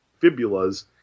fibulas